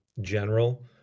general